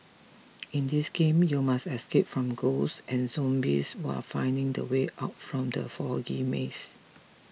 in this game you must escape from ghosts and zombies while finding the way out from the foggy maze